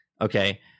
okay